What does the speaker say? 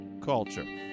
Culture